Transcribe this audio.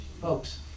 Folks